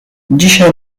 dzisiaj